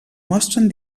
mostren